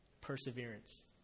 Perseverance